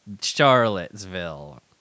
charlottesville